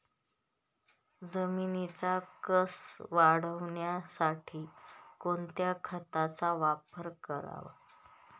जमिनीचा कसं वाढवण्यासाठी कोणत्या खताचा वापर करावा?